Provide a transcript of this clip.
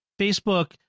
Facebook